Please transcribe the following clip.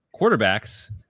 quarterbacks